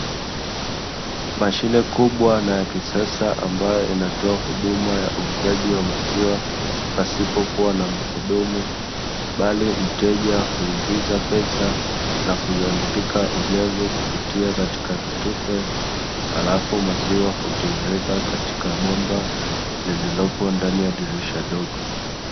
Mashine kubwa na ya kisasa ambayo inatoa huduma ya uuzaji wa maziwa pasipokuwa na mahudumu bali mteja huingiza pesa na kujiandika ujazo kupitia katika tufe halafu maziwa hutiririka katika bomba lililopo ndani ya dirisha dogo.